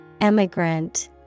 Emigrant